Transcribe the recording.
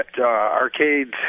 arcades